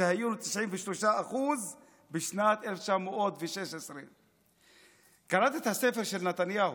שהיינו 93% בשנת 1916. קראתי את הספר של נתניהו,